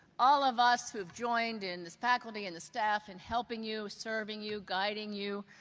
all of us who've joined in, the faculty and the staff, in helping you, serving you, guiding you,